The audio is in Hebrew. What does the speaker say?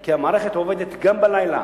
כי המערכת עובדת גם בלילה,